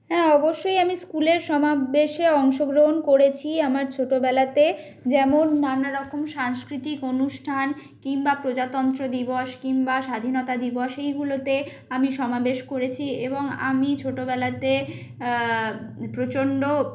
হ্যাঁ অবশ্যই আমি স্কুলের সমাবেশে অংশগ্রহণ করেছি আমার ছোটবেলাতে যেমন নানা রকম সাংস্কৃতিক অনুষ্ঠান কিংবা প্রজাতন্ত্র দিবস কিংবা স্বাধীনতা দিবস এইগুলোতে আমি সমাবেশ করেছি এবং আমি ছোটবেলাতে প্রচণ্ড